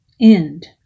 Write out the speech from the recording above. end